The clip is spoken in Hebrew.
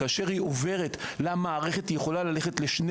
כאשר היא עוברת למערכת היא יכולה ללכת לשני